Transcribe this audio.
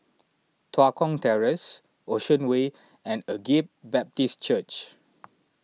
Tua Kong Terrace Ocean Way and Agape Baptist Church